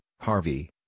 Harvey